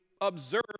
observe